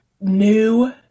new